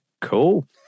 cool